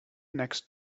next